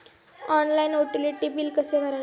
Online utility बिले कसे भरायचे?